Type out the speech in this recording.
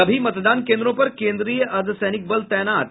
सभी मतदान केन्द्रों पर केन्द्रीय अर्द्धसैनिक बल तैनात